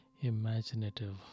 imaginative